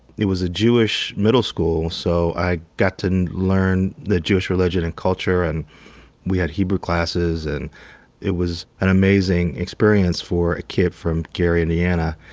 it was a jewish middle school. so, i got to learn the jewish religion and culture, and we had hebrew classes. and it was an amazing experience for a kid from gary, indiana.